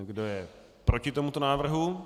Kdo je proti tomuto návrhu?